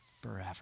forever